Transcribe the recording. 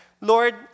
Lord